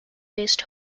based